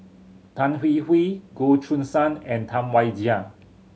Tan Hwee Hwee Goh Choo San and Tam Wai Jia